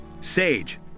sage